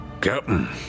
Captain